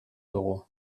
dugu